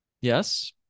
Yes